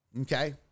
okay